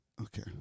Okay